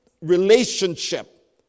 relationship